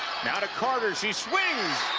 now to carter. she swings.